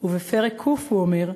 ובפרק ק' הוא אומר: